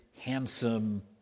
handsome